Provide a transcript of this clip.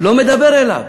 לא מדבר אליו.